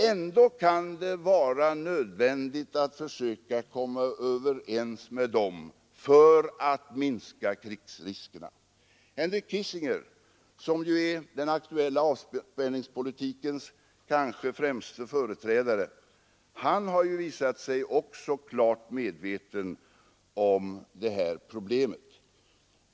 Ändå kan det vara nödvändigt att försöka komma överens med dem för att minska krigsriskerna. Henry Kissinger, som ju är den aktuella avspänningspolitikens kanske främste företrädare, har också visat sig klart medveten om det här problemet.